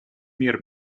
мир